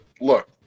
look